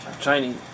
Chinese